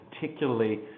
particularly